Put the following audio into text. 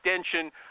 extension